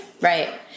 Right